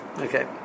Okay